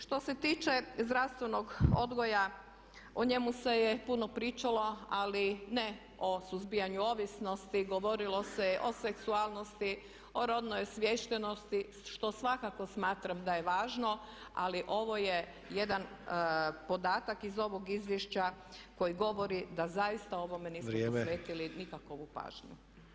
Što se tiče zdravstvenog odgoja o njemu se puno pričalo ali ne o suzbijanju ovisnosti, govorilo se o seksualnosti, o rodnoj osviještenosti što svakako smatram da je važno ali ovo je jedan podatak iz ovog izvješća koji govori da zaista ovome nismo posvetili nikakvu pažnju.